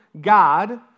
God